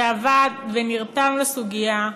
שעבד ונרתם לסוגיה: